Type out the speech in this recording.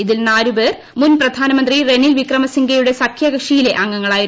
ഇതിൽ നാല് പേർ മുൻ പ്രധാനമന്ത്രി റനിൽ വിക്രമസിംഗയുടെ സഖ്യകക്ഷിയിലെ അംഗങ്ങളായിരുന്നു